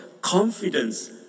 confidence